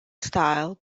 style